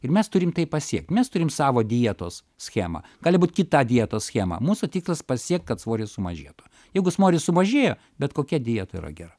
ir mes turim tai pasiekt mes turim savo dietos schemą gali būt kita dietos schema mūsų tikslas pasiekt kad svoris sumažėtų jeigu svoris sumažėjo bet kokia dieta yra gera